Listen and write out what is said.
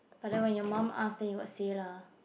but then when your mom ask then you will say lah